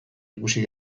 ikusi